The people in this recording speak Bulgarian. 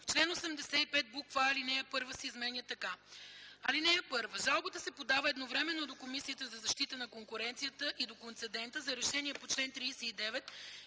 чл. 85: а) алинея 1 се изменя така: „(1) Жалбата се подава едновременно до Комисията за защита на конкуренцията и до концедента за решение по чл. 39